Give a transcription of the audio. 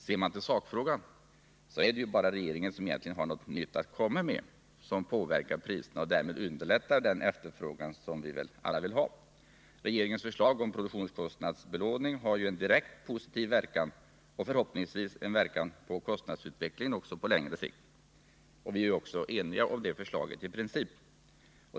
Ser man till sakfrågan, finner man att det bara är regeringen som har något nytt att komma med som påverkar priserna och därmed underlättar den efterfrågan som vi väl alla vill ha. Regeringens förslag om produktionskostnadsbelåning har ju en direkt positiv verkan och förhoppningsvis en verkan på kostnadsutvecklingen också på längre sikt. Vi är också i princip eniga om det förslaget.